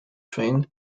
train